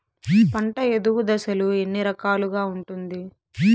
పంట ఎదుగు దశలు ఎన్ని రకాలుగా ఉంటుంది?